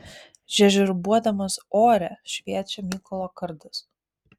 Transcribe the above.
žiežirbuodamas ore šviečia mykolo kardas